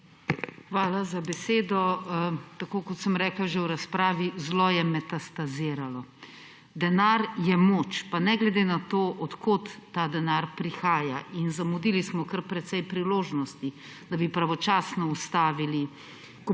Hvala za besedo. Tako kot sem rekla že v razpravi, zlo je metastaziralo. Denar je moč, pa ne glede na to od kod ta denar prihaja. In zamudili smo kar precej priložnosti, da bi pravočasno ustavili